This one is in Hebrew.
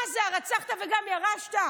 מה זה, הרצחת וגם ירשת?